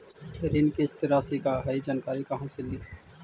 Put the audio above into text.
ऋण किस्त रासि का हई जानकारी कहाँ से ली?